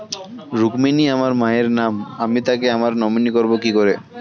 রুক্মিনী আমার মায়ের নাম আমি তাকে আমার নমিনি করবো কি করে?